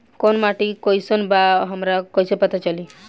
कोउन माटी कई सन बा हमरा कई से पता चली?